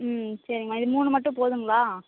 ம் சரிம்மா இது மூணு மட்டும் போதுங்களா